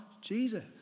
Jesus